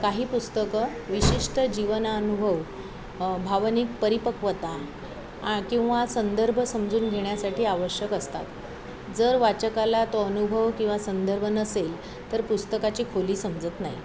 काही पुस्तकं विशिष्ट जीवनानुभव भावनिक परिपक्वता आ किंवा संदर्भ समजून घेण्यासाठी आवश्यक असतात जर वाचकाला तो अनुभव किंवा संदर्भ नसेल तर पुस्तकाची खोली समजत नाही